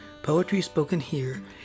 PoetrySpokenHere